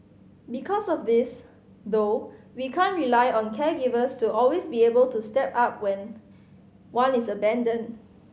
because of this though we can't rely on caregivers to always be able to step up when one is abandoned